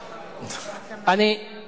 34, נגד, 13, אין נמנעים.